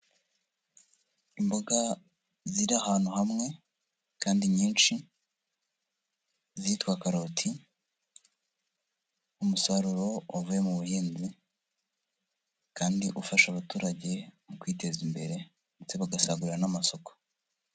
Imboga ziri ahantu hamwe kandi nyinshi, zitwa karoti, umusaruro wavuye mu buhinzi, kandi ufasha abaturage mu kwiteza imbere, ndetse bagasagurira n'amasoko.